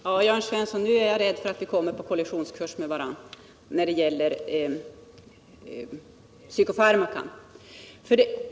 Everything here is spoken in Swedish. Herr talman! Nu är jag rädd, Jörn Svensson, att vi kommer på kollisionskurs med varandra när det gäller psykofarmakan.